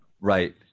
Right